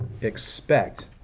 expect